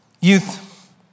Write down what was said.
Youth